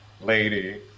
lady